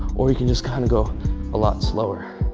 or you can just kind of go a lot slower.